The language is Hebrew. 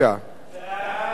שם החוק